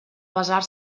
basar